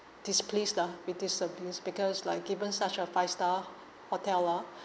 displeased lah with this service because like given such a five star hotel ah